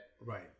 Right